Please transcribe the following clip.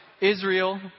Israel